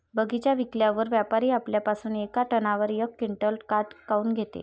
बगीचा विकल्यावर व्यापारी आपल्या पासुन येका टनावर यक क्विंटल काट काऊन घेते?